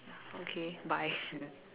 okay bye